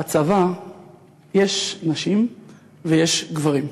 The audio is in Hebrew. בצבא יש נשים ויש גברים.